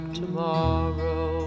tomorrow